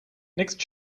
next